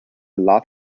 lot